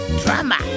drama